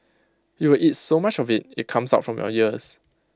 you will eat so much of IT it comes out from your ears